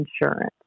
insurance